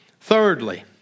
Thirdly